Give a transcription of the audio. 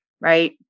Right